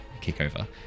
kickover